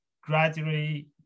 gradually